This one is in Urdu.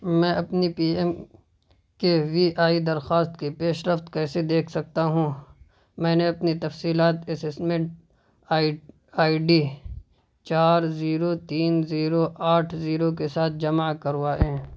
میں اپنی P M K V I درخواست کی پیش رفت کیسے دیکھ سکتا ہوں میں نے اپنی تفصیلات اسسمنٹ آئی آئی ڈی چار زیرو تین زیرو آٹھ زیرو کے ساتھ جمع کروائیں